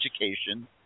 education